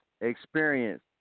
experience